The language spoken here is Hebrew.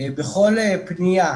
בכל פנייה